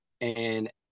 And-